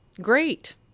great